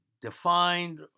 defined